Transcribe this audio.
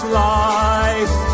life